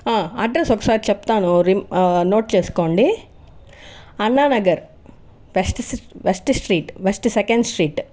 address ఒకసారి చెప్తాను note చేసుకోండి Anna Nagar west west street west second street